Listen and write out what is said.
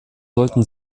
sollten